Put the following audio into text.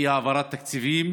באי-העברת תקציבים,